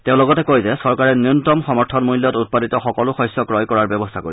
তেওঁ লগতে কয় যে চৰকাৰে ন্যুনতম সমৰ্থনমূল্যত উৎপাদিত সকলো শস্য ক্ৰয় কৰাৰ ব্যৱস্থা কৰিব